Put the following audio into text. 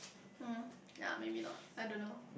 hmm yea maybe not I don't know